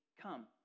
come